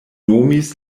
nomis